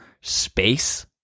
space